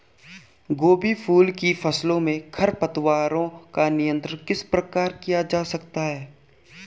गोभी फूल की फसलों में खरपतवारों का नियंत्रण किस प्रकार किया जा सकता है?